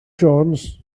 jones